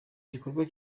gikorwa